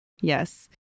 yes